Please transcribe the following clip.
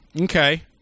Okay